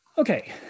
Okay